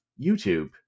YouTube